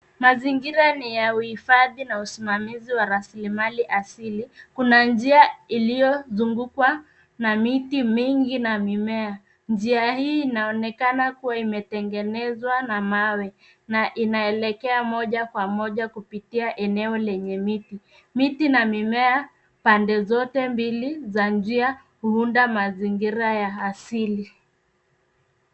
Mazingira ni ya uhifadhi na usimamizi wa rasilimali asili. Kuna njia iliyozungukwa na miti mingi na mimea. Njia hii inaonekana kuwa imetengenezwa na mawe na inaelekea moja kwa moja kupitia eneo lenye miti. Miti na mimea pande zote mbili za njia huunda mazingira ya asili.